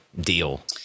deal